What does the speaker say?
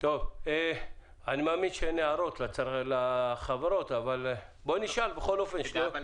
המאחסן לצורך עיסוקו לא יותר מארבעה מכלים